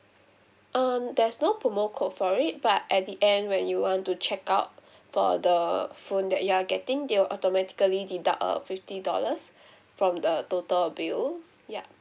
um there's no promo code for it but at the end when you want to check out for the phone that you are getting they will automatically deduct a fifty dollars from the total bill ya